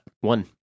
One